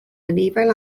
anifail